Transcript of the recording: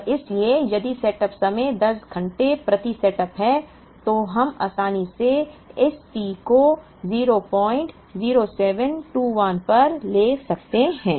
और इसलिए यदि सेटअप समय 10 घंटे प्रति सेटअप है तो हम आसानी से इस T को 00721 पर ले सकते हैं